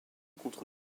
contre